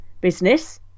business